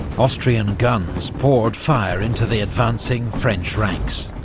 austrian guns poured fire into the advancing french ranks.